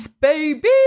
baby